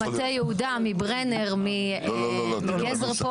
ממטה יהודה, מברנר, מגזר פה.